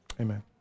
Amen